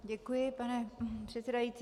Děkuji pane předsedající.